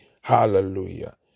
Hallelujah